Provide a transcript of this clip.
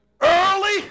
early